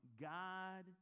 God